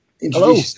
Hello